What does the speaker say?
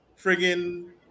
friggin